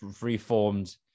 reformed